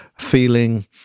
feeling